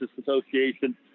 Association